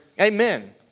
Amen